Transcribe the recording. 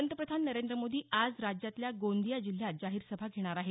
पंतप्रधान नरेंद्र मोदी आज राज्यातल्या गोंदिया जिल्ह्यात जाहीर सभा घेणार आहेत